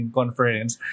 conference